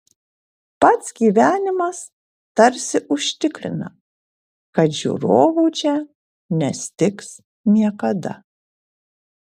pats gyvenimas tarsi užtikrina kad žiūrovų čia nestigs niekada